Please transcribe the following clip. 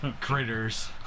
critters